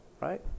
right